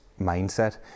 mindset